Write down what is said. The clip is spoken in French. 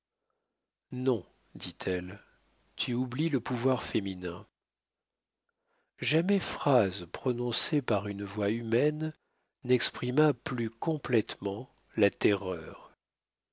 non dit-elle tu oublies le pouvoir féminin jamais phrase prononcée par une voix humaine n'exprima plus complétement la terreur